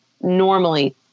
normally